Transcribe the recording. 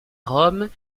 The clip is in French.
rome